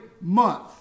month